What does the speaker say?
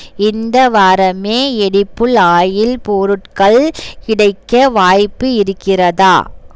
இந்த வாரமே edible oil பொருட்கள் கிடைக்க வாய்ப்பு இருக்கிறதா